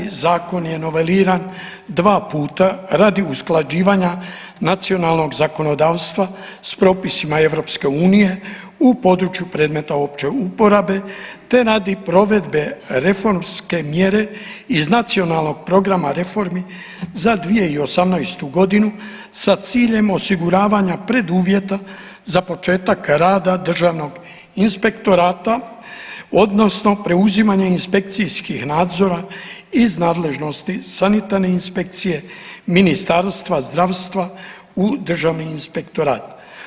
Ovaj zakon je noveliran dva puta radi usklađivanja nacionalnog zakonodavstva s propisima EU u području predmeta opće uporabe, te radi provedbe reformske mjere iz Nacionalnog programa reformi za 2018. godinu sa ciljem osiguravanja preduvjeta za početak rada državnog inspektorata, odnosno preuzimanja inspekcijskih nadzora iz nadležnosti sanitarne inspekcije Ministarstva zdravstva u Državni inspektorat.